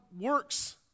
works